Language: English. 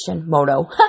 moto